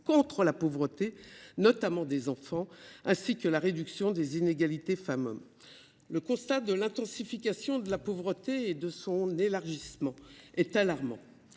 contre la pauvreté, notamment celle des enfants, ainsi que de la réduction des inégalités entre femmes et hommes. Le constat de l’intensification de la pauvreté et de son élargissement est alarmant.